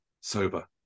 sober